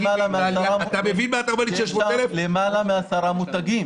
יותר מעשרה מותגים.